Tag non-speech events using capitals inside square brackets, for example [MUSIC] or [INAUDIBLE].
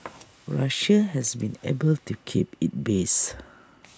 [NOISE] Russia has been able to keep its base